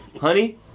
Honey